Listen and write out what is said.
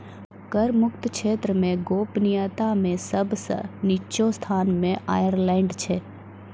कर मुक्त क्षेत्र मे गोपनीयता मे सब सं निच्चो स्थान मे आयरलैंड छै